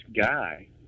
guy